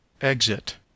Exit